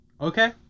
Okay